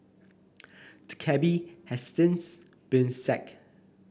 the cabby has since been sacked